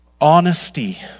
Honesty